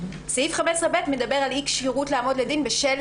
סעיף 15(ב) מדבר על אי כשירות לעמוד לדין בשל